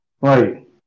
Right